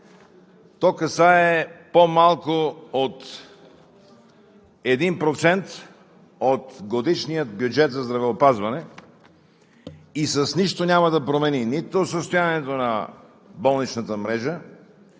касае по-малко от 1% от годишния бюджет за здравеопазване и с нищо няма да промени нито състоянието на болничната мрежа,